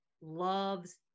loves